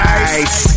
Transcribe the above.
Nice